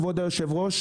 כבוד היו"ר,